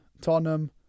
Tottenham